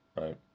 right